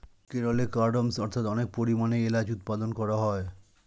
কেরলে কার্ডমমস্ অর্থাৎ অনেক পরিমাণে এলাচ উৎপাদন করা হয়